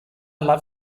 love